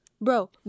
bro